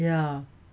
ya